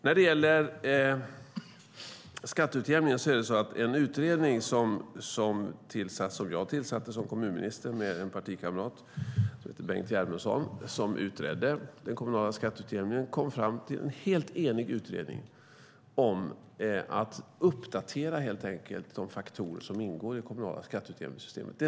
När det gäller den kommunala skatteutjämningen tillsatte jag som kommunminister en utredning med en partikamrat som heter Bengt Germundsson som utredare. Man kom fram till en helt enig utredning om att helt enkelt uppdatera de faktorer som ingår i det kommunala skatteutjämningssystemet.